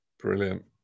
Brilliant